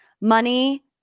money